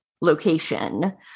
location